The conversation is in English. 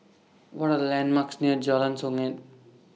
What Are The landmarks near Jalan Songket